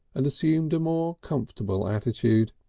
and assumed a more comfortable attitude.